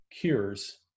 cures